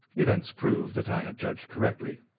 events proved that i had judged correctly.